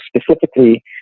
specifically